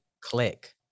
click